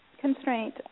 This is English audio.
constraint